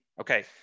Okay